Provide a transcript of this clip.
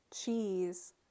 cheese